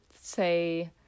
say